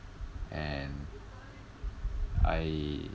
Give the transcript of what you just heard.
and I